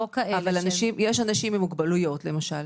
לא כאלה --- יש אנשים עם מוגבלויות למשל